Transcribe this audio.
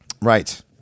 Right